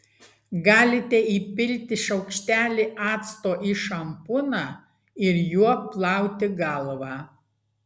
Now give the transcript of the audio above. galite įpilti šaukštelį acto į šampūną ir juo plauti galvą